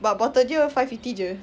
but bottle dia five fifty jer